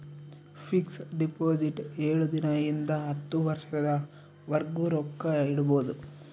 fix deposit ಏಳು ದಿನ ಇಂದ ಹತ್ತು ವರ್ಷದ ವರ್ಗು ರೊಕ್ಕ ಇಡ್ಬೊದು